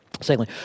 Secondly